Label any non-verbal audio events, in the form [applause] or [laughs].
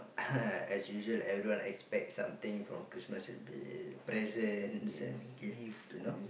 [laughs] as usual everyone expect something from Christmas will be presents and gifts you know